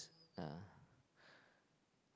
ya